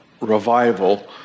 revival